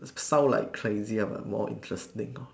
sound like crazy ah but more interesting lor